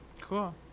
Cool